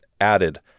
added